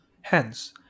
Hence